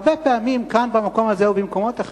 הרבה פעמים, כאן במקום הזה ובמקומות אחרים,